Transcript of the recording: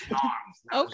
Okay